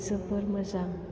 जोबोद मोजां